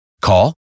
Call